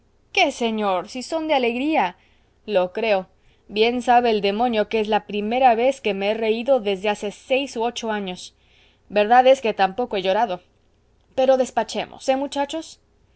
qué señor si son de alegría lo creo bien sabe el demonio que es la primera vez que me he reído desde hace seis u ocho años verdad es que tampoco he llorado pero despachemos eh muchachos